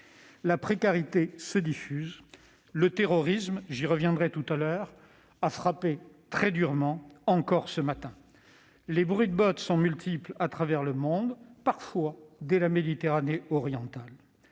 la précarité se diffuse. Le terrorisme- j'y reviendrai plus loin -a frappé très durement, encore ce matin. Les « bruits de bottes » sont multiples à travers le monde, parfois même en Méditerranée orientale.